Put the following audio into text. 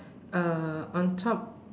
uh on top